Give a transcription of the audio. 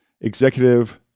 executive